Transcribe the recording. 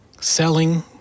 selling